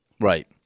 Right